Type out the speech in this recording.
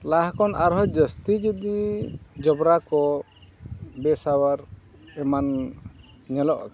ᱞᱟᱦᱟ ᱠᱷᱚᱱ ᱟᱨᱦᱚᱸ ᱡᱟᱹᱥᱛᱤ ᱡᱩᱫᱤ ᱡᱚᱵᱽᱨᱟ ᱠᱚ ᱵᱮ ᱥᱟᱶᱟᱨ ᱮᱢᱟᱱ ᱧᱮᱞᱚᱜᱼᱟ